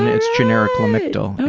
it's generic lamictal.